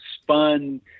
spun